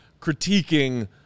critiquing